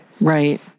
Right